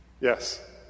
Yes